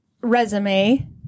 resume